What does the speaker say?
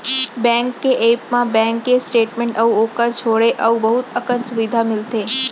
bank के app म bank के स्टेट मेंट अउ ओकर छोंड़े अउ बहुत अकन सुबिधा मिलथे